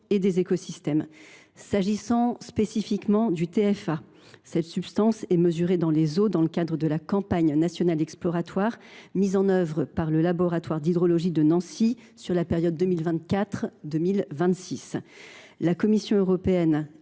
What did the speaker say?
et des écosystèmes. Concernant plus spécifiquement le TFA, sachez que la présence de cette substance est mesurée dans les eaux dans le cadre de la campagne nationale exploratoire mise en œuvre par le laboratoire d’hydrologie de Nancy sur la période 2024 2026. La Commission européenne